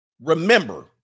remember